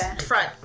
front